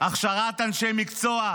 הכשרת אנשי מקצוע,